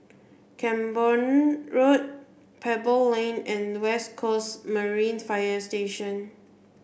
Camborne Road Pebble Lane and West Coast Marine Fire Station